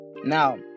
Now